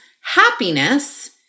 happiness